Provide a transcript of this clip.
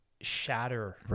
shatter